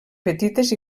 petites